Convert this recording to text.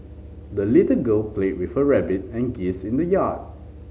the little girl played with her rabbit and geese in the yard